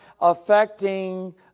affecting